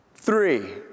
Three